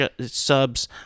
subs